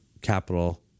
capital